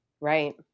Right